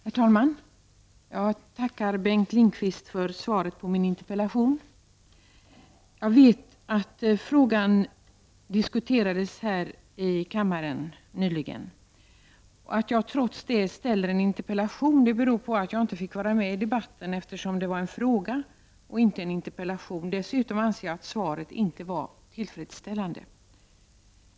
Herr talman! Jag tackar Bengt Lindqvist för svaret på min interpellation. Jag vet att denna fråga diskuterades nyligen här i kammaren. Att jag trots detta ställer en interpellation beror på att jag inte fick vara med i debatten eftersom det var en fråga och inte en interpellation. Dessutom anser jag att svaret inte var tillfredsställande.